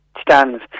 stands